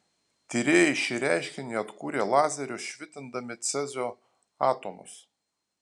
tyrėjai šį reiškinį atkūrė lazeriu švitindami cezio atomus